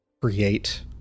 create